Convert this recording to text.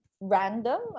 random